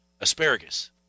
asparagus